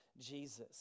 Jesus